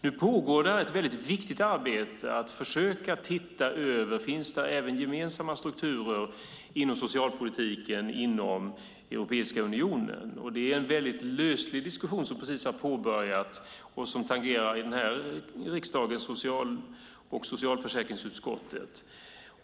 Nu pågår ett väldigt viktigt arbete med att försöka titta över om det även finns gemensamma strukturer i socialpolitiken inom Europeiska unionen. Det är en väldigt löslig diskussion som precis har påbörjats och som i den här riksdagen tangerar socialförsäkringsutskottet.